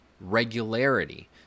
regularity